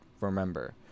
remember